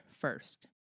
first